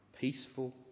peaceful